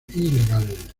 ilegal